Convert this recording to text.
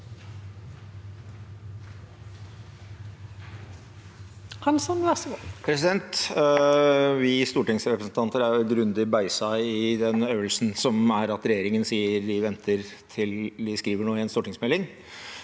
Vi stortingsre- presentanter er grundig beiset i den øvelsen som er at regjeringen sier at de venter til de skriver noe i en stortingsmelding,